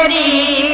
and e